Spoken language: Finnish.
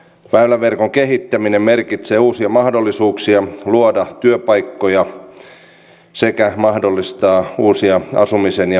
väyläverkon kehittäminen merkitsee uusia mahdollisuuksia luoda työpaikkoja sekä mahdollistaa uusia asumisen ja palveluiden malleja